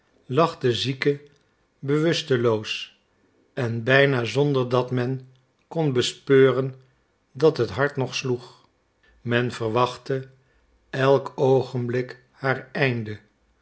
lag de zieke bewusteloos en bijna zonder dat men kon bespeuren dat het hart nog sloeg men verwachtte elk oogenblik haar einde